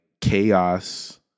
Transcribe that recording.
chaos